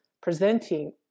presenting